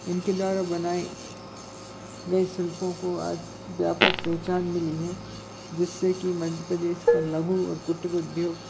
इनके द्वारा बनाए गए शिल्पों को आज व्यापक पहचान मिली है जिससे कि मध्य प्रदेश का लघु और कुटिर उद्योग